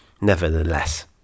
nevertheless